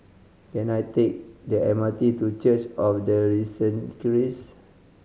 can I take the M R T to Church of the Risen Christ